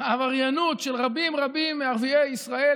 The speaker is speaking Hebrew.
העבריינות של רבים רבים מערביי ישראל,